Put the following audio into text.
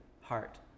Heart